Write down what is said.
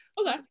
okay